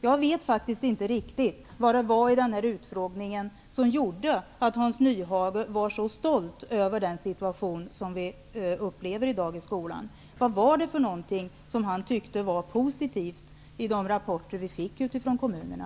Jag vet faktiskt inte riktigt vad i utfrågningen som gjorde att Hans Nyhage var så stolt över den situation som vi upplever i dagens skola. Vad tyckte Hans Nyhage var positivt i de rapporter som vi fick från kommunerna?